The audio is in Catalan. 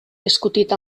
discutit